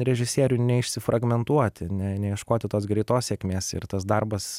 režisieriui neišsifragmentuoti ne neieškoti tos greitos sėkmės ir tas darbas